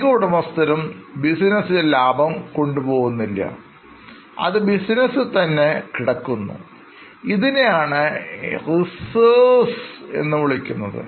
അധികം ഉടമസ്ഥരും ബിസിനസിലെ ലാഭം കൊണ്ട് പോകുന്നില്ല അത് ബിസിനസ്സിൽ തന്നെ കിടക്കുന്നു ഇതിനെയാണ് Reserves എന്ന് വിളിക്കുന്നത്